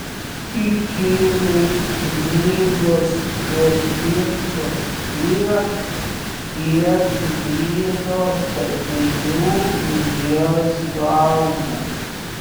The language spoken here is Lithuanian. kikiliui knygos vertingos tiek kiek vyno statinių už jas gauna